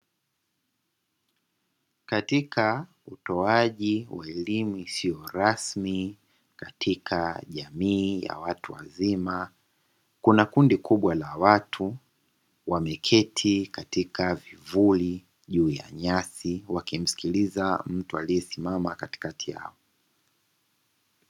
Katika utoaji wa elimu usio rasimi katika jamii ya watu wazima kuna kundi kubwa la watu lisilo rasmi, wameketi katika vivuli juu ya nyasi wakimsikiliza mtu aliyesimama katikati yao.